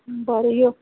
बरें यो